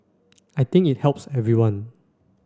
I think it helps everyone